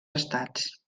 estats